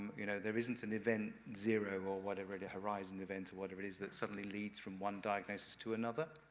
you know, there isn't an event zero, or whatever it a horizon event, or whatever it is, that suddenly leads from one diagnosis to another.